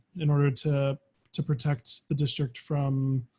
in order to to protect the district from